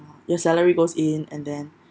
your salary goes in and then